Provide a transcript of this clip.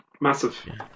Massive